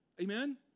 Amen